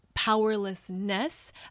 powerlessness